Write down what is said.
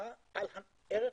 על הערך